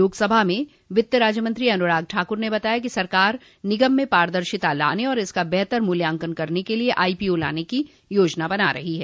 लोकसभा में वित्त राज्य मंत्री अनुराग ठाकुर ने बताया कि सरकार निगम में पारदर्शिता लाने और इसका बेहतर मूल्यांकन करने के लिए आईपीओ लाने की योजना बना रही है